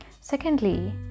secondly